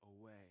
away